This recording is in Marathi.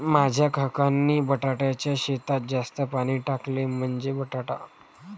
माझ्या काकांनी बटाट्याच्या शेतात जास्त पाणी टाकले, म्हणजे बटाटा